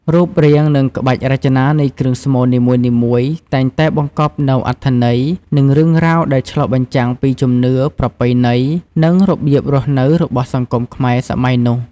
រូបរាង និងក្បាច់រចនានៃគ្រឿងស្មូននីមួយៗ តែងតែបង្កប់នូវអត្ថន័យ និងរឿងរ៉ាវដែលឆ្លុះបញ្ចាំងពីជំនឿ ប្រពៃណី និងរបៀបរស់នៅរបស់សង្គមខ្មែរសម័យនោះ។